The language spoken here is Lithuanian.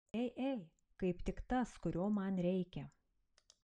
ei ei kaip tik tas kurio man reikia